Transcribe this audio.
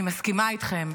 אני מסכימה איתכם.